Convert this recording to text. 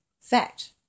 fact